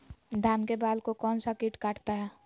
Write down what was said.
धान के बाल को कौन सा किट काटता है?